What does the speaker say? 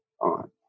on